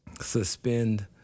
suspend